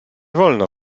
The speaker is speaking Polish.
wolno